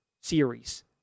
series